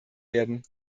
werden